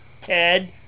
Ted